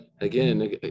Again